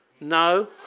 No